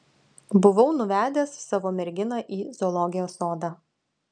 buvau nuvedęs savo merginą į zoologijos sodą